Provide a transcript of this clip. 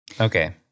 Okay